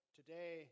today